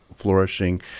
flourishing